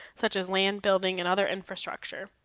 such as land building and other infrastructure.